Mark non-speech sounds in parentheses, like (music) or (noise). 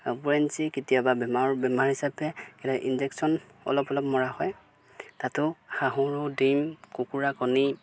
উপাৰঞ্চি কেতিয়াবা বেমাৰ বেমাৰ হিচাপে (unintelligible) ইনজেকশ্যন অলপ অলপ মৰা হয় তাতো হাঁহৰো ডিম কুকুৰা কণী